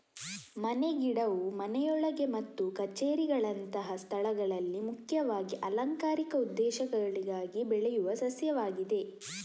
ಮನೆ ಗಿಡವು ಮನೆಯೊಳಗೆ ಮತ್ತು ಕಛೇರಿಗಳಂತಹ ಸ್ಥಳಗಳಲ್ಲಿ ಮುಖ್ಯವಾಗಿ ಅಲಂಕಾರಿಕ ಉದ್ದೇಶಗಳಿಗಾಗಿ ಬೆಳೆಯುವ ಸಸ್ಯವಾಗಿದೆ